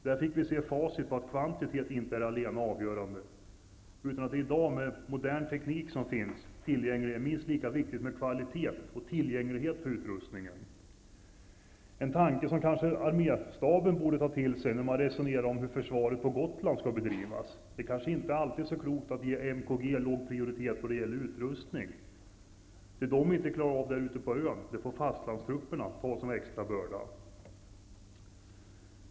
Med facit i hand kan vi konstatera att kvantitet inte är allena avgörande, utan att det i dag med den moderna teknik som finns tillgänglig är minst lika viktigt med kvalitet och tillgänglighet på utrustning. Det är kanske inte alltid så klokt att ge MKG låg prioritet i vad gäller utrustning, en tanke som försvarsstaben borde ta till sig när man resonerar om hur försvaret på Gotland skall bedrivas. Det som inte klaras av ute på ön får fastlandstrupperna ta som en extra börda.